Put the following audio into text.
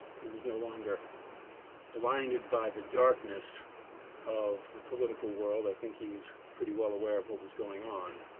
he was no longer blinded by the darkness of the political world. i think he was pretty well aware of what was going on.